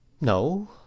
No